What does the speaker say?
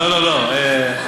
לא, לא, לא.